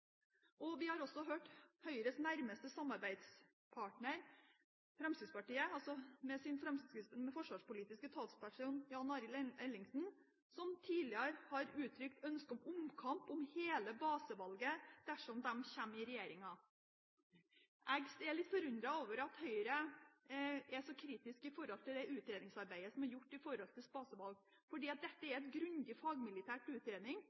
og vi har også hørt Høyres nærmeste samarbeidspartner, Fremskrittspartiet, med sin forsvarspolitiske talsperson, Jan Arild Ellingsen, tidligere uttrykke ønske om omkamp om hele basevalget dersom de kommer i regjering. Jeg er litt forundret over at Høyre er så kritisk til det utredningsarbeidet som er gjort når det gjelder basevalg, for dette er en grundig fagmilitær utredning, det har vært på høring, og det har vært en omfattende og grundig saksbehandling i